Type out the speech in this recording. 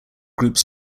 groups